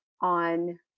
on